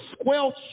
squelch